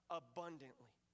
abundantly